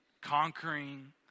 conquering